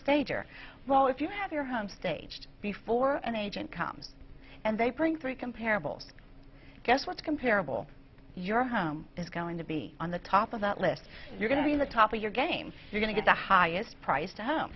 stager well if you have your home staged before an agent comes and they bring three comparables guess what's comparable your home is going to be on the top of that list you're going to be in the top of your game we're going to get the highest priced out